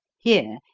here,